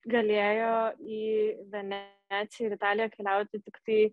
galėjo į veneciją ir italiją keliauti tiktai